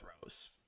throws